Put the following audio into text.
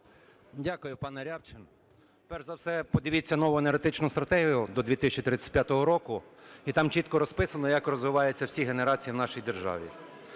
Дякую, пане Рябчин. Перш за все подивіться нову енергетичну стратегію до 2035 року, і там чітко розписано, як розвиваються всі генерації в нашій державі.